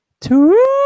Two